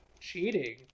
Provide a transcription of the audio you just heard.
cheating